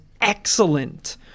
excellent